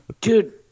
dude